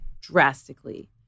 Drastically